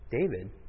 David